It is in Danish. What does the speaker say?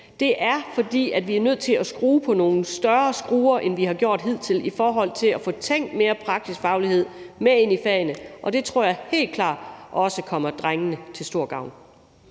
det om, at vi er nødt til at skrue på nogle større skruer, end vi har gjort hidtil, i forhold til at få tænkt mere praksisfaglighed ind i fagene. Og det tror jeg helt klart også kommer drengene til stor gavn.